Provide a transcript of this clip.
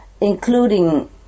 including